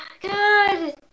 God